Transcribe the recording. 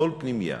בכל פנימייה